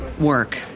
work